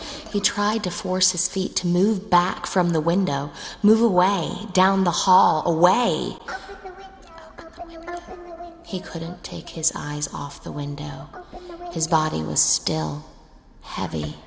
he tried to force his feet to move back from the window move away down the hall away he couldn't take his eyes off the window his body was still heavy